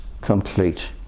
complete